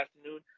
afternoon